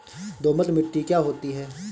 दोमट मिट्टी क्या होती हैं?